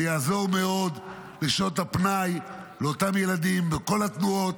שיעזור מאוד בשעות הפנאי לאותם ילדים בכל התנועות,